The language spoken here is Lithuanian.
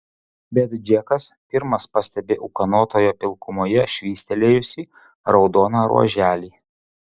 bet džekas pirmas pastebi ūkanotoje pilkumoje švystelėjusį raudoną ruoželį